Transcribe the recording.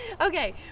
okay